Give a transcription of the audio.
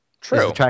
True